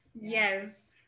yes